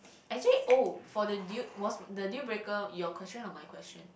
actually oh for the deal was the dealbreaker your question or my question